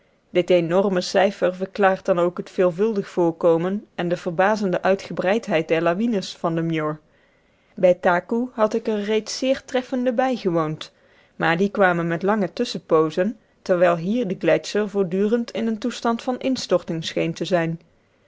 dit enorme cijfer verklaart dan ook het veelvuldig voorkomen en de verbazende uitgebreidheid der lawinen van den muir bij takoe had ik er reeds zeer treffende bijgewoond maar die kwamen met lange tusschenpoozen terwijl hier de gletscher voortdurend in een toestand van instorting scheen te zijn